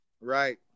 Right